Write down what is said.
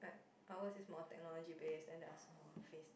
ours is more technology based then theirs more face